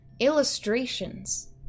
illustrations